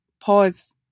pause